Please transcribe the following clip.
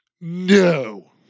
No